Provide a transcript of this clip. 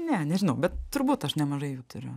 ne nežinau bet turbūt aš nemažai jau turiu